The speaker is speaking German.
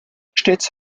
stets